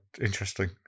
interesting